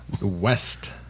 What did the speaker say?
west